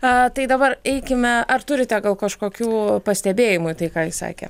a tai dabar eikime ar turite kažkokių pastebėjimų į tai ką jis sakė